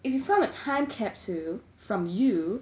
if you found a time capsule from you